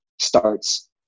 starts